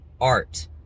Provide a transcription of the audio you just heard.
art